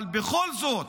אבל בכל זאת,